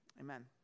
Amen